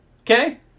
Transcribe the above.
Okay